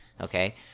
Okay